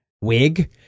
wig